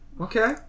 Okay